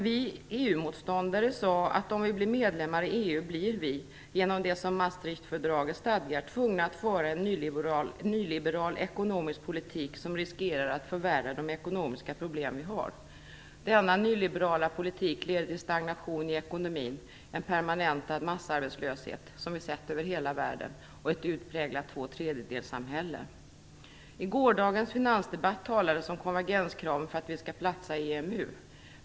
Vi EU-motståndare sade att om vi blir medlemmar i EU blir vi - genom det som Maastrichtfördraget stadgar - tvungna att föra en nyliberal ekonomisk politik som riskerar att förvärra de ekonomiska problem vi har. Denna nyliberala politik leder till stagnation i ekonomin, en permanentad massarbetslöshet - som vi sett över hela världen - och ett utpräglat tvåtredjedelssamhälle. I gårdagens finansdebatt talades det om konvergenskraven för att vi skall "platsa" i EMU.